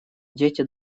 дети